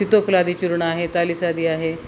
सीतोफलादी चुर्ण आहे तालीसादी आहे